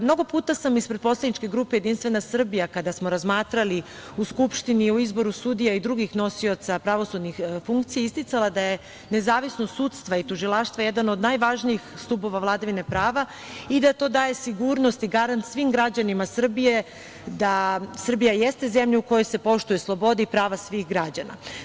Mnogo puta sam ispred poslaničke grupe Jedinstvena Srbija, kada smo razmatrali u Skupštini o izboru sudija i drugih nosioca pravosudnih funkcija, isticala da je nezavisnost sudstva i tužilaštva jedan od najvažnijih stubova vladavine prave i da to daje sigurnost i garant svim građanima Srbije da Srbija jeste zemlja u kojoj se poštuje sloboda i prava svih građana.